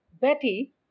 Betty